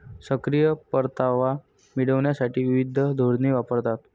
सक्रिय परतावा मिळविण्यासाठी विविध धोरणे वापरतात